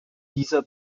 dieser